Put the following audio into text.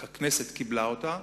הכנסת, קיבלנו אותה.